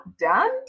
done